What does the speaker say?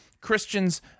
Christians